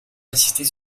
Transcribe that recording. d’insister